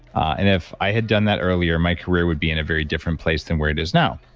and if i had done that earlier, my career would be in a very different place than where it is now,